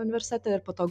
universitete ir po to